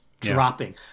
Dropping